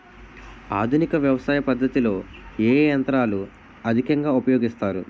ఆధునిక వ్యవసయ పద్ధతిలో ఏ ఏ యంత్రాలు అధికంగా ఉపయోగిస్తారు?